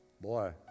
boy